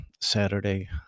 saturday